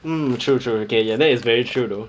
hmm true true okay ya that is very true though